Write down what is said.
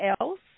else